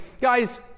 guys